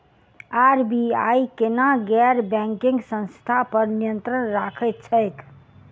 RBI केना गैर banking संस्था पर नियत्रंण राखैत छैक?